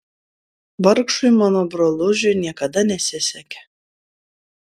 vargšui mano brolužiui niekada nesisekė